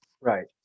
Right